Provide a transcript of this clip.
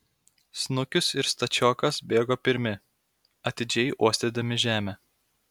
snukius ir stačiokas bėgo pirmi atidžiai uostydami žemę